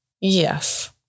Yes